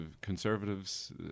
Conservatives